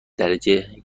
درجه